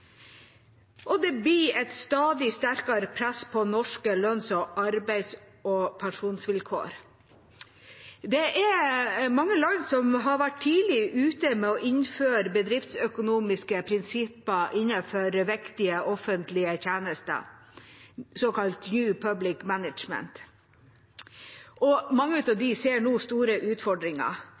og det blir et stadig større press på norske lønns-, arbeids- og pensjonsvilkår. Det er mange land som har vært tidlig ute med å innføre bedriftsøkonomiske prinsipper innenfor viktige offentlige tjenester, såkalt New Public Management. Mange av dem ser nå store utfordringer.